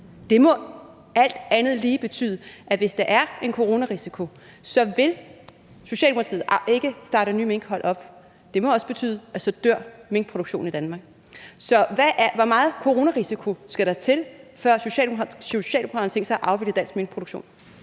Det må alt andet lige betyde, at hvis der er en coronarisiko, vil Socialdemokratiet ikke starte nye minkhold op. Det må også betyde, at så dør minkproduktion i Danmark. Så: Hvor meget coronarisiko skal der til, før Socialdemokraterne har tænkt sig at afvikle dansk minkproduktion?